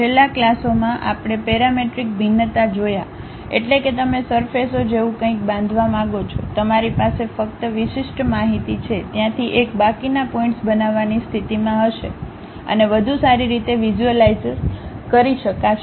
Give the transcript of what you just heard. છેલ્લા ક્લાસોમાં આપણે પેરામેટ્રિક ભિન્નતા જોયાં એટલે કે તમે સરફેસઓ જેવું કંઇક બાંધવા માંગો છો તમારી પાસે ફક્ત વિશિષ્ટ માહિતી છે ત્યાંથી એક બાકીના પોઇન્ટ્સ બનાવવાની સ્થિતિમાં હશે અને વધુ સારી રીતે વિઝ્યુઅલાઈઝ કરી શકશે